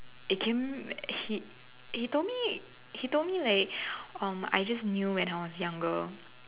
it came he he told me he told me like um I just knew when I was younger